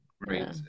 great